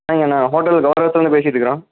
இங்கே அண்ணா ஹோட்டல் கவுரவத்துலிருந்து பேசிகிட்ருக்குறோம்